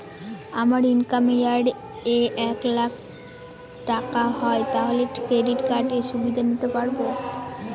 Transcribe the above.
আমার income year এ এক লাক টাকা হয় তাহলে ক্রেডিট কার্ড এর সুবিধা নিতে পারবো?